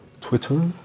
Twitter